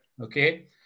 Okay